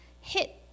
hit